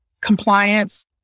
compliance